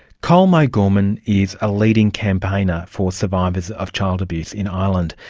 colm o'gorman is a leading campaigner for survivors of child abuse in ireland.